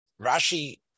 Rashi